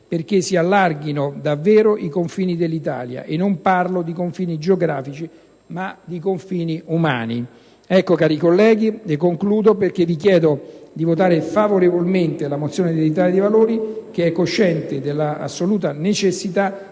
perché si allarghino davvero i confini dell'Italia: e non parlo di quelli geografici, ma di confini umani. Cari colleghi, è questo il motivo per cui vi chiedo di votare favorevolmente la mozione dell'Italia dei Valori, che è cosciente della assoluta necessità